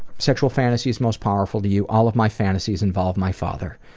sexual fantasies most powerful to you? all of my fantasies involve my father.